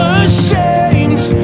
ashamed